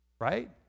right